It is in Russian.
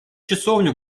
часовню